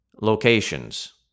locations